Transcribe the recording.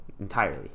entirely